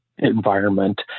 environment